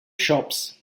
shops